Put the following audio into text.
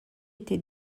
été